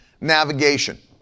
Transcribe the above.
navigation